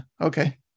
Okay